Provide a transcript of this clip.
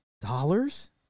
dollars